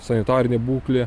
sanitarinė būklė